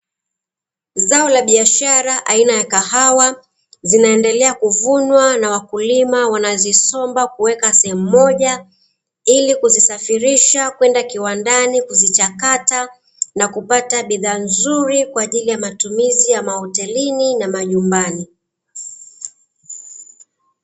Zao la biashara aina ya kahawa zinaendelea kuvunwa na wakulima wanazisomba kuweka sehemu moja, ili kuzisafirisha kwenda kiwandani kuzichakata na kupata bidhaa nzuri kwa ajili ya matumizi ya mahotelini na majumbani.